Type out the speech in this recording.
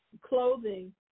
clothing